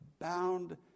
bound